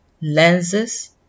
lenses